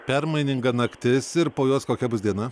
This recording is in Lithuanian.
permaininga naktis ir po jos kokia bus diena